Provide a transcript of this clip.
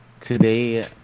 Today